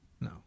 No